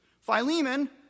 Philemon